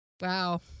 Wow